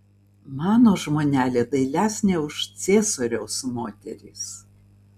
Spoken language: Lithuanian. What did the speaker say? mano žmonelė dailesnė už ciesoriaus moteris